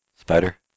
Spider